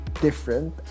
different